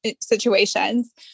situations